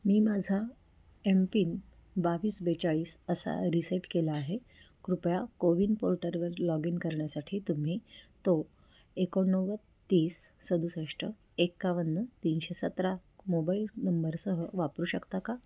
मी माझा M PIN बावीस बेचाळीस असा रिसेट केला आहे कृपया को विन पोर्टलवर लॉग इन करण्यासाठी तुम्ही तो एकोणनव्वद तीस सदुसष्ट एक्कावन्न तीनशे सतरा मोबाईल नंबरसह वापरू शकता का